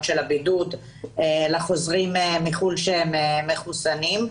של הבידוד לחוזרים מחוץ לארץ שהם מחוסנים.